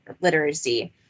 literacy